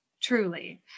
truly